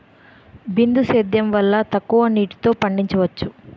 బిందు సేద్యం వల్ల తక్కువ నీటితో పండించవచ్చు